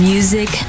Music